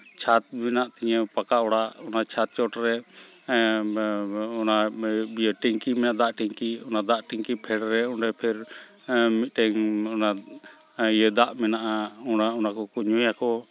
ᱪᱷᱟᱫ ᱢᱮᱱᱟᱜ ᱛᱤᱧᱟᱹ ᱯᱟᱠᱟ ᱚᱲᱟᱜ ᱚᱱᱟ ᱪᱷᱟᱫ ᱪᱚᱴ ᱨᱮ ᱚᱱᱟ ᱴᱮᱝᱠᱤ ᱢᱮᱱᱟᱜᱼᱟ ᱫᱟᱜ ᱴᱮᱝᱠᱤ ᱚᱱᱟ ᱫᱟᱜ ᱴᱮᱝᱠᱤ ᱯᱷᱮᱰ ᱨᱮ ᱚᱸᱰᱮ ᱯᱷᱮᱨ ᱢᱤᱫᱴᱮᱱ ᱚᱱᱟ ᱤᱭᱟᱹ ᱫᱟᱜ ᱢᱮᱱᱟᱜᱼᱟ ᱚᱱᱟ ᱚᱱᱟ ᱠᱚᱠᱚ ᱧᱩᱭᱟᱠᱚ